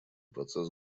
процесс